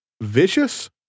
vicious